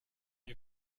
you